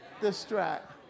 distract